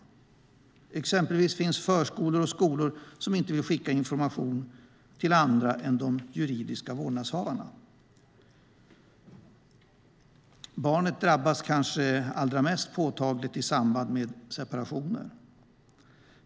Det finns exempelvis förskolor och skolor som inte vill skicka information till andra än de juridiska vårdnadshavarna. Barnet drabbas kanske allra mest påtagligt i samband med en separation.